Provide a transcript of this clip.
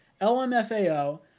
LMFAO